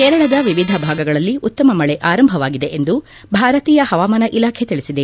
ಕೇರಳದ ವಿವಿಧ ಭಾಗಗಳಲ್ಲಿ ಉತ್ತಮ ಮಳೆ ಆರಂಭವಾಗಿದೆ ಎಂದು ಭಾರತೀಯ ಹವಾಮಾನ ಇಲಾಖೆ ತಿಳಿಸಿದೆ